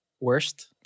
Worst